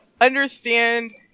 understand